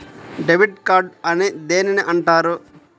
Debit card అని దేనిని అంటారు?